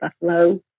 Buffalo